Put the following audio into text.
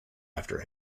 after